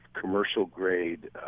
commercial-grade